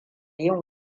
yin